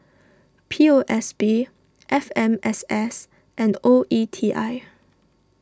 P O S B F M S S and O E T I